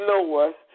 Lord